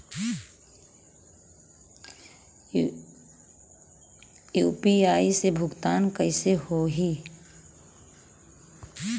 UPI से भुगतान कइसे होहीं?